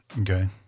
Okay